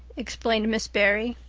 explained miss barry.